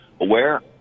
aware